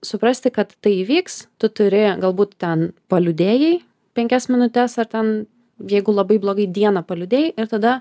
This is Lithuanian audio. suprasti kad tai įvyks tu turi galbūt ten paliūdėjai penkias minutes ar ten jeigu labai blogai dieną paliūdėjai ir tada